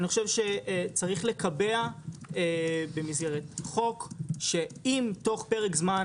אני חושב שצריך לקבע במסגרת חוק שאם תוך פרק זמן,